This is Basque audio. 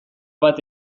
bat